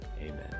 amen